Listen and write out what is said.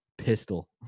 pistol